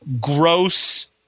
gross